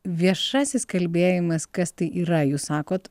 viešasis kalbėjimas kas tai yra jūs sakot